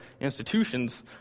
institutions